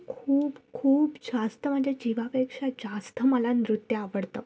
खूप खूप जास्त म्हणजे जिवापेक्षा जास्त मला नृत्य आवडतं